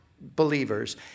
believers